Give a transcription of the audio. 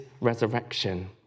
resurrection